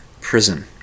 prison